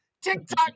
TikTok